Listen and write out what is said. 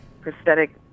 prosthetic